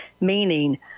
meaning